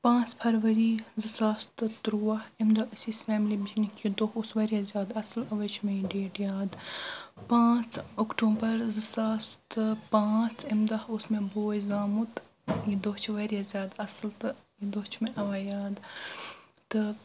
پانٛژھ فروری زٕ ساس تہٕ ترٛووا تمہِ دۄہ ٲسۍ أسۍ فیملی پِکنِک یہِ دۄہ اوس واریاہ زیادٕ اصل اوے چھُ مےٚ یہِ ڈیٹ یاد پانٛژھ اکٹوٗبر زٕ ساس تہٕ پانٛژھ امہِ دۄہ اوس مےٚ بوے زامُت یہِ دۄہ چھُ واریاہ زیادٕ اصل تہٕ یہِ دۄہ چھُ مےٚ اوے یاد تہٕ